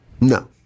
No